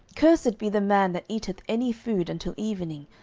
cursed be the man that eateth any food until evening,